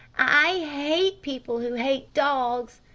i hate people who hate dogs!